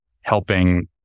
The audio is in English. helping